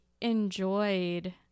enjoyed